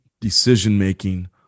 decision-making